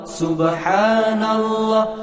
subhanallah